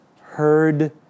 heard